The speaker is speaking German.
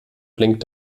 blinkt